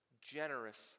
generous